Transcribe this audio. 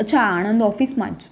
અચ્છા આણંદ ઓફિસમાં જ